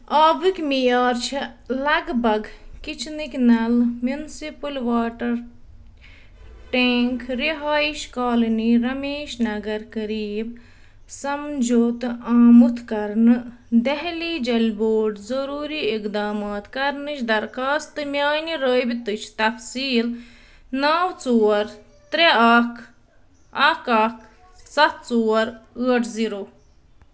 آبٕکۍ مِیار چھِ لگ بگ کِچنٕکۍ نل مُنسِپل واٹر ٹٮ۪نٛک رِہٲیِش کالنی رمیش نگر کریم سمجوتہٕ آمُتھ کرنہٕ دہلی جل بورڈ ضُروٗری اِقدامات کرنٕچ درخاستہٕ میانہِ رٲبطٕچ تفصیٖل نو ژور ترٛےٚ اکھ اکھ اکھ سَتھ ژور ٲٹھ زیٖرو